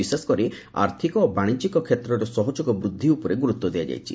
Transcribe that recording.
ବିଶେଷକରି ଆର୍ଥିକ ଓ ବାଶିଜ୍ୟିକ କ୍ଷେତ୍ରରେ ସହଯୋଗ ବୃଦ୍ଧି ଉପରେ ଗୁରୁତ୍ୱ ଦିଆଯାଇଛି